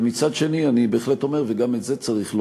ומצד שני, אני בהחלט אומר, וגם את זה צריך לומר,